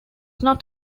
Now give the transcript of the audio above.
not